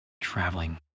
traveling